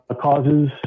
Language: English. causes